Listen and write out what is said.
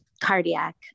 cardiac